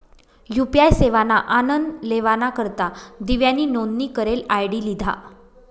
UPI सेवाना आनन लेवाना करता दिव्यानी नोंदनी करेल आय.डी लिधा